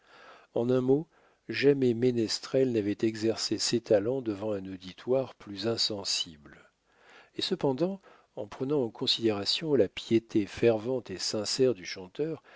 en un mot jamais ménestrel n'avait exercé ses talents devant un auditoire plus insensible et cependant en prenant en considération la piété fervente et sincère du chanteur